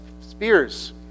Spears